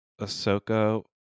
Ahsoka